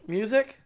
music